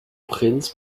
prinz